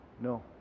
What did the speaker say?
No